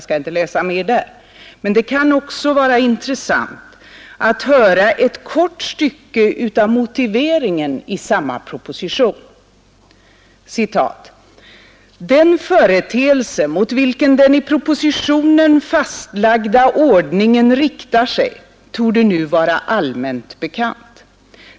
Det kan också vara intressant att höra ett kort stycke av motiveringen i samma proposition: ”Den företeelse mot vilken den i propositionen fastlagda ordningen riktar sig torde nu vara allmänt bekant.